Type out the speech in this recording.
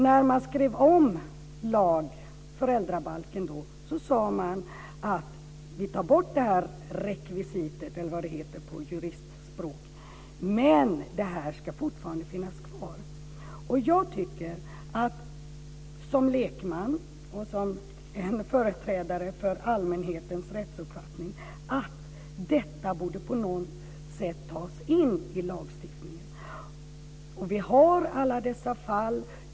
När man skrev om föräldrabalken tog man bort det här rekvisitet - eller vad det nu heter på juristspråk - men bestämmelsen skulle fortfarande finnas kvar. Som lekman och företrädare för allmänhetens rättsuppfattning tycker jag att detta borde på något sätt tas in i lagstiftningen. Vi har alla dessa fall.